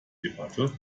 debatte